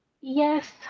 Yes